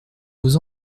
aux